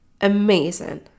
amazing